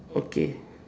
okay